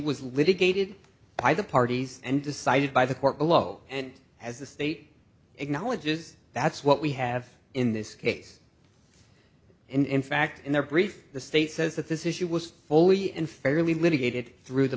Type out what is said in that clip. was litigated by the parties and decided by the court below and as the state acknowledges that's what we have in this case and in fact in their brief the state says that this issue was fully and fairly litigated through the